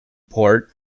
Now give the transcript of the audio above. port